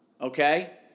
okay